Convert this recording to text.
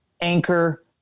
anchor